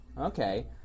Okay